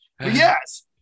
yes